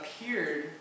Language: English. appeared